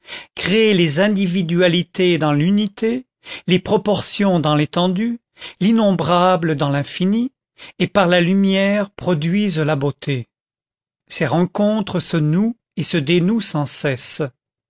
créent les individualités dans l'unité les proportions dans l'étendue l'innombrable dans l'infini et par la lumière produisent la beauté ces rencontres se nouent et se dénouent sans cesse